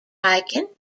hiking